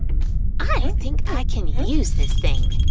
i think i can use this thing,